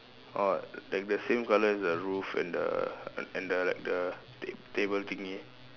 orh like the same colour as the roof and the and and the like the ta~ table thingy